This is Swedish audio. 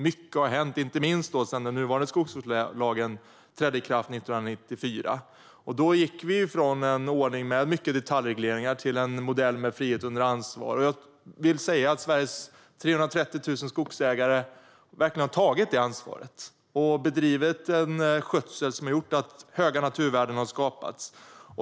Mycket har hänt inte minst sedan den nuvarande skogsvårdslagen trädde i kraft 1994, då vi gick från en ordning med mycket detaljregleringar till en modell med frihet under ansvar. Jag vill säga att Sveriges 330 000 skogsägare verkligen har tagit det ansvaret och bedrivit en skötsel som har gjort att stora naturvärden har skapats.